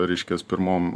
reiškias pirmom